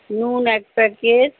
নুন এক প্যাকেট